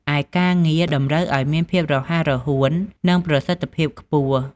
ឯការងារតម្រូវឲ្យមានភាពរហ័សរហួន និងប្រសិទ្ធភាពខ្ពស់។